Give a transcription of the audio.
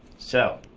so